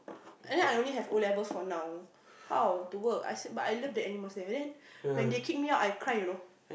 and then I only have O-levels for how now how to work I still but I love the atmosphere and then when they kick me out I cry you know